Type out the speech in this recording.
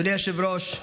אדוני היושב-ראש,